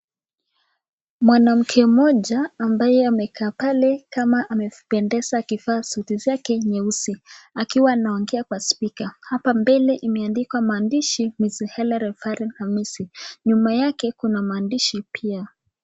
Mwanamke mmoja ambaye amekaa pale kama amependeza akivaa suti yake nyeusi, akiwa anaongea kwa spika. Hapa mbele imeandikwa maandishi Ms.Helene Rafaela Namisi. Nyuma yake kuna maandishi pia.